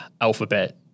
alphabet